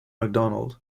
macdonald